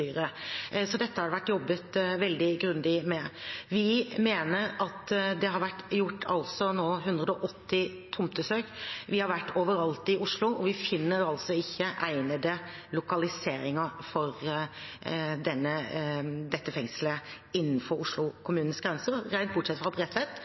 Så dette har det vært jobbet veldig grundig med. Vi mener at det nå har vært gjort 180 tomtesøk. Vi har vært overalt i Oslo, og vi finner altså ikke egnede lokaliseringer for dette fengselet innenfor